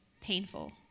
painful